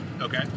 Okay